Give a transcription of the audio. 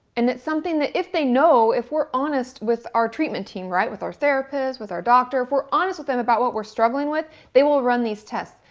and it's something that, if they know, if we're honest with our treatment team, right? with our therapist with our doctor, if we're honest with them about what we're struggling with they will run these tests.